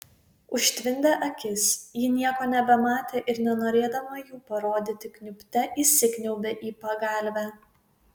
užtvindė akis ji nieko nebematė ir nenorėdama jų parodyti kniubte įsikniaubė į pagalvę